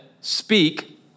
speak